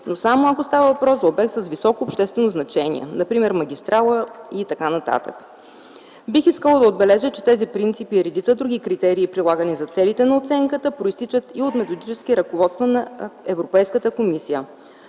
но само ако става въпрос за обект с високо обществено значение – например магистрала и т.н. Бих искала да отбележа, че тези принципи и редица други критерии, прилагани за целите на оценката, произтичат и от методически ръководства на Европейската комисия.